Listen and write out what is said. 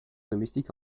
domestique